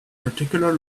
particular